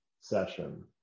session